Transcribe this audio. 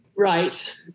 Right